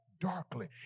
darkly